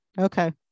Okay